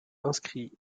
inscrit